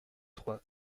trois